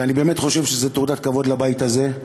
ואני באמת חושב שזאת תעודת כבוד לבית הזה.